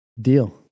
Deal